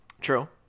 True